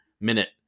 minute